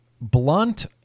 blunt